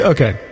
Okay